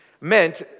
meant